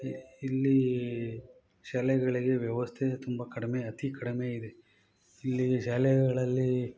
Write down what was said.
ಇಲ್ಲಿ ಶಾಲೆಗಳಿಗೆ ವ್ಯವಸ್ಥೆ ತುಂಬ ಕಡಿಮೆ ಅತಿ ಕಡಿಮೆ ಇದೆ ಇಲ್ಲಿ ಶಾಲೆಗಳಲ್ಲಿ